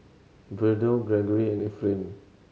Verdell Greggory and Efrain